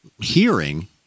hearing